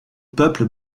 peuple